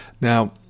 Now